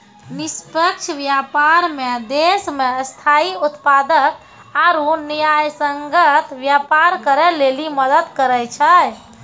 निष्पक्ष व्यापार मे देश मे स्थायी उत्पादक आरू न्यायसंगत व्यापार करै लेली मदद करै छै